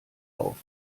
auf